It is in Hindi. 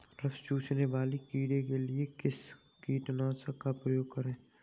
रस चूसने वाले कीड़े के लिए किस कीटनाशक का प्रयोग करें?